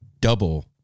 double